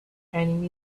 enemy